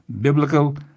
biblical